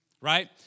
right